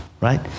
right